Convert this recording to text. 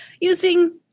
using